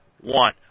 one